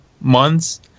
months